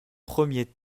premier